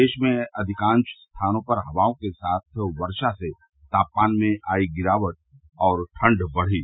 प्रदेश में अधिकांश स्थानों पर हवाओं के साथ वर्षा से तापमान में आई गिरावट और ठण्ड बढ़ी